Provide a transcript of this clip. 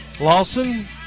Lawson